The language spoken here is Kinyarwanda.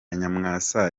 nyamwasa